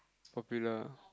popular